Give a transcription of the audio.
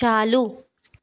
चालू